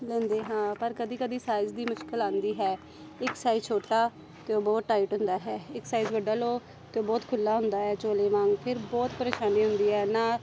ਲੈਂਦੇ ਹਾਂ ਪਰ ਕਦੀ ਕਦੀ ਸਾਈਜ਼ ਦੀ ਮੁਸ਼ਕਲ ਆਉਂਦੀ ਹੈ ਇੱਕ ਸਾਈਜ਼ ਛੋਟਾ ਅਤੇ ਉਹ ਬਹੁਤ ਟਾਈਟ ਹੁੰਦਾ ਹੈ ਇੱਕ ਸਾਈਜ਼ ਵੱਡਾ ਲਉ ਅਤੇ ਉਹ ਬਹੁਤ ਖੁੱਲ੍ਹਾ ਹੁੰਦਾ ਹੈ ਝੋਲੇ ਵਾਂਗ ਫਿਰ ਬਹੁਤ ਪਰੇਸ਼ਾਨੀ ਹੁੰਦੀ ਹੈ ਨਾ